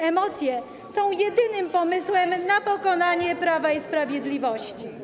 Emocje są jedynym pomysłem na pokonanie Prawa i Sprawiedliwości.